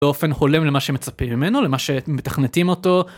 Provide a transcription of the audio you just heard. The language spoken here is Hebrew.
באופן הולם למה שמצפים ממנו למה שמתכנתים אותו.